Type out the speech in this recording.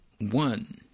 one